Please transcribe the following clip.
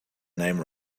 name